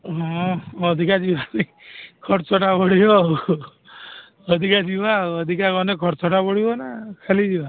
ଏ ହଁ ଅଧିକା ଯିବାନି ଖର୍ଚ୍ଚଟା ବଢ଼ି ଯିବ ଆଉ ଅଧିକା ଯିବା ଅଧିକା ଗଲେ ଖର୍ଚ୍ଚଟା ବଢ଼ିବନା ଖାଲି ଯିବା